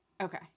Okay